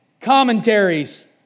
commentaries